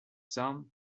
son